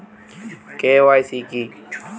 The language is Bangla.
কে.ওয়াই.সি কি?